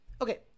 Okay